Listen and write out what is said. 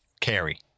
carry